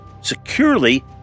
securely